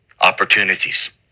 Opportunities